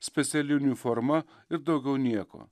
speciali uniforma ir daugiau nieko